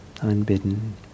unbidden